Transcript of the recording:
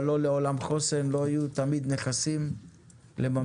אבל לא לעולם חוסן, לא תמיד יהיו נכסים לממש.